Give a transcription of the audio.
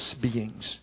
beings